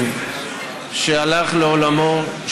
חשוב שהלך לעולמו,